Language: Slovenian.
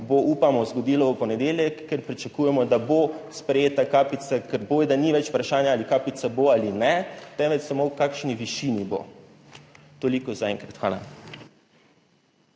upamo, zgodilo v ponedeljek, kjer pričakujemo, da bo sprejeta kapica, ker bojda ni več vprašanje, ali kapica bo ali ne, temveč samo v kakšni višini bo. Toliko zaenkrat. Hvala.